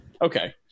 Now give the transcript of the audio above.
Okay